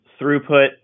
throughput